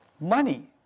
Money